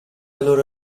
loro